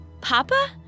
Papa